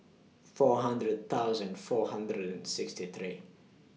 four hundred thousand four hundred and sixty three